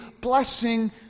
blessing